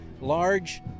large